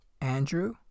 Andrew